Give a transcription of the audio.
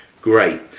great.